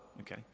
Okay